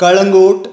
Calangute